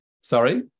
Sorry